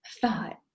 thought